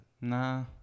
Nah